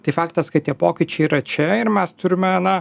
tai faktas kad tie pokyčiai yra čia ir mes turime na